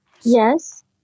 Yes